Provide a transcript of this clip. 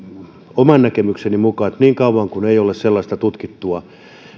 oman näkemykseni mukaan niin kauan kuin ei ole sellaista tutkittua